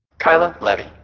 keila levy.